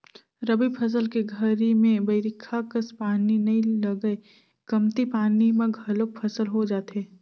रबी फसल के घरी में बईरखा कस पानी नई लगय कमती पानी म घलोक फसल हो जाथे